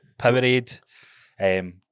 Powerade